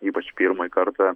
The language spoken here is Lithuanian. ypač pirmąjį kartą